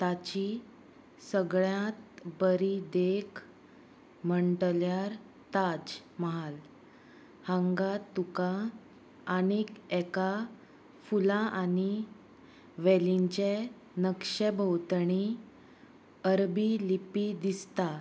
ताची सगळ्यांत बरी देख म्हणटल्यार ताज महाल हांगा तुका आनीक एका फुलां आनी वेलींचे नक्षे भोंवतणी अरबी लिपी दिसता